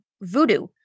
voodoo